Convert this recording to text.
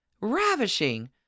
ravishing